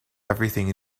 everything